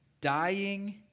dying